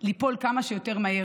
ליפול כמה שיותר מהר.